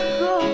go